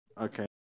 okay